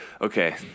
Okay